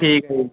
ਠੀਕ ਆ ਜੀ